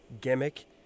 gimmick